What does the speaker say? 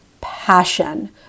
passion